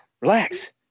relax